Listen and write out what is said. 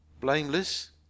blameless